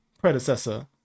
predecessor